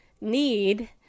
need